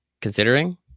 considering